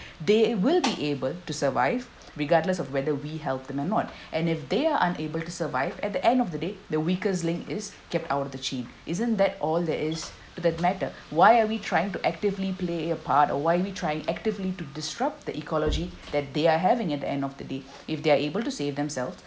they will be able to survive regardless of whether we help them or not and if they are unable to survive at the end of the day the weakest link is kept out of the chain isn't that all that is that matter why are we trying to actively play a part or why we trying actively to disrupt the ecology that they are having at the end of the day if they're able to save themselves